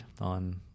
on